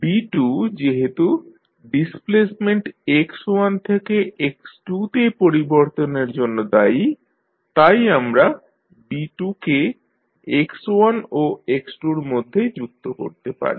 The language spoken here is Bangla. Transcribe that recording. B2 যেহেতু ডিসপ্লেসমেন্ট x1 থেকে x2 তে পরিবর্তনের জন্য দায়ী তাই আমরা B2 কে x1 ও x2 র মধ্যে যুক্ত করতে পারি